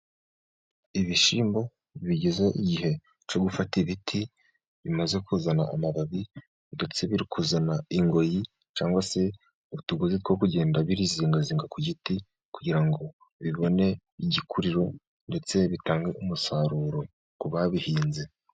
Ibishimbo bigeze igihe cyo gufata ibiti, bimaze kuzana amababi ndetse biri kuzana ingoyi cyangwa se utugozi two kugenda birizingazinga ku giti kugira ngo bibone igikuriro, ndetse bizatange umusaruro ku babihinze.